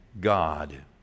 God